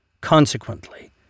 Consequently